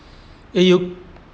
eh you